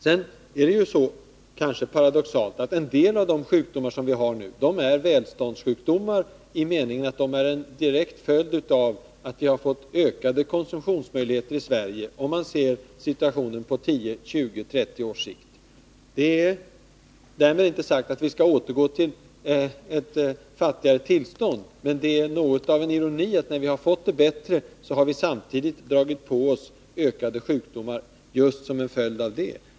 Vidare är det paradoxalt nog så att en del sjukdomar som vi nu har är välståndssjukdomar i den meningen att de är en direkt följd av att vi har fått ökade konsumtionsmöjligheter i Sverige om vi ser situationen på 10, 20 eller 30 års sikt. Därmed inte sagt att vi skall återgå till ett fattigare tillstånd — men det är något av en ironi att när vi har fått det bättre har vi samtidigt dragit på oss ökade sjukdomar just som en följd av det.